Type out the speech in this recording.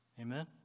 Amen